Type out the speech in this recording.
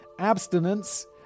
abstinence